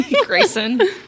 Grayson